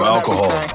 Alcohol